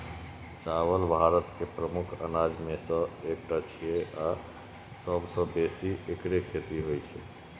चावल भारत के प्रमुख अनाज मे सं एकटा छियै आ सबसं बेसी एकरे खेती होइ छै